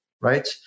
right